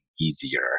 easier